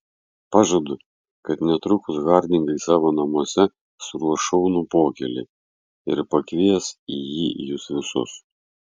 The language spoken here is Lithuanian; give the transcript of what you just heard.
pažadu kad netrukus hardingai savo namuose suruoš šaunų pokylį ir pakvies į jį jus visus